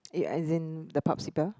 ya as in the popsicle